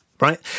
right